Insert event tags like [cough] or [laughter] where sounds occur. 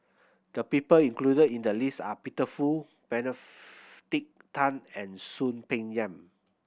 the people included in the list are Peter Fu [unintelligible] Tan and Soon Peng Yam